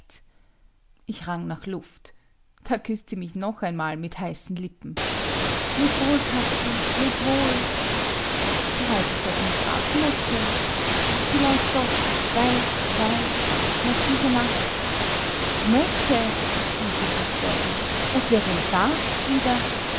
ich rang nach luft da küßt sie mich noch einmal mit heißen lippen leb wohl katzel leb wohl du reisest doch nicht ab mette vielleicht doch weit weit noch diese nacht mette rief ich verzweifelt was wär denn das wieder